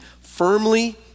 firmly